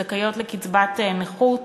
שזכאיות לקצבת נכות